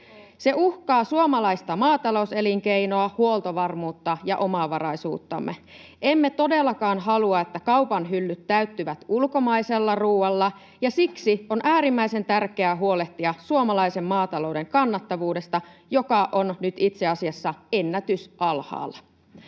Se uhkaa suomalaista maatalouselinkeinoa, huoltovarmuutta ja omavaraisuuttamme. Emme todellakaan halua, että kaupan hyllyt täyttyvät ulkomaisella ruoalla, ja siksi on äärimmäisen tärkeää huolehtia suomalaisen maatalouden kannattavuudesta, joka on nyt itse asiassa ennätysalhaalla.